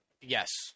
Yes